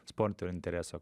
sportinio intereso